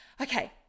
Okay